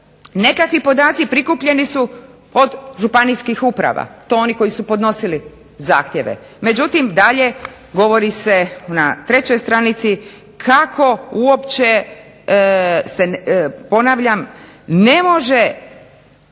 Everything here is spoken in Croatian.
nekakvi podaci prikupljeni su od županijskih uprava, to oni koji su podnosili zahtjeve međutim, dalje, govori se na trećoj stranici kako uopće ponavljam, ne može